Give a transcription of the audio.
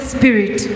Spirit